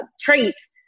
traits